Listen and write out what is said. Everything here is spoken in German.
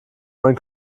man